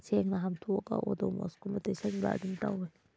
ꯁꯦꯡꯅ ꯍꯥꯝꯗꯣꯛꯑꯒ ꯑꯣꯗꯣꯃꯣꯁ ꯀꯨꯝꯕ ꯇꯩꯁꯟꯕ ꯑꯗꯨꯝ ꯇꯧꯋꯦ